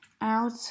out